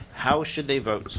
how should they vote?